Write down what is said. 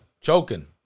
Choking